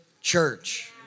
church